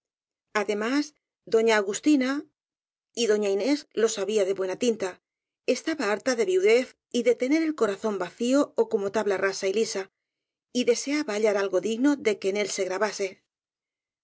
además doña agus tina y doña inés lo sabía de buena tinta estaba harta de viudez y de tener el corazón vacío ó como tabla rasa y lisa y deseaba hallar algo digno de que en él se grabase